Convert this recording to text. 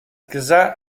casà